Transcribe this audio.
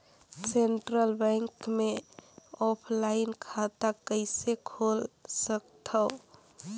Central bank मे offline खाता कइसे खोल सकथव?